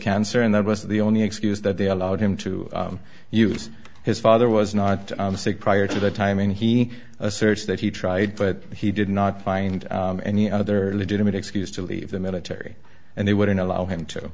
cancer and that was the only excuse that they allowed him to use his father was not sick prior to that time and he asserts that he tried but he did not find any other legitimate excuse to leave the military and they wouldn't allow him to